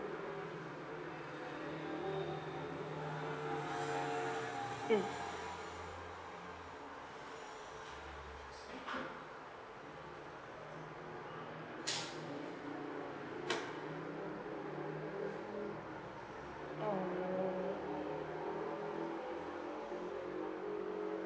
mm mm